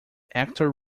actor